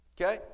Okay